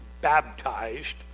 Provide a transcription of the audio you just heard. baptized